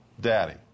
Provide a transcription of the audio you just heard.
Daddy